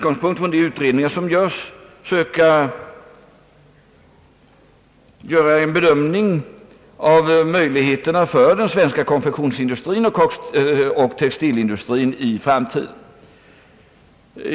På grundval av utredningarna får vi även söka bedöma framtidsmöjligheterna för den svenska konfektionsoch textilindustrin.